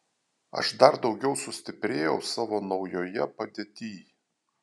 aš dar daugiau sustiprėjau savo naujoje padėtyj